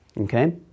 okay